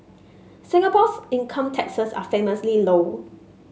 Singapore's income taxes are famously low